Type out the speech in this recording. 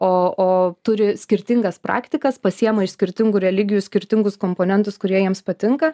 o o turi skirtingas praktikas pasiima iš skirtingų religijų skirtingus komponentus kurie jiems patinka